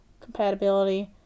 compatibility